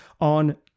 on